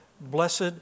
blessed